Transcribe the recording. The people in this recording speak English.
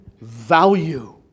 value